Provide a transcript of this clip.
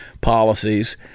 policies